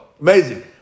Amazing